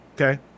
okay